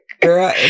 Girl